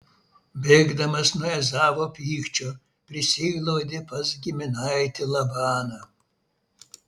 bėgdamas nuo ezavo pykčio prisiglaudė pas giminaitį labaną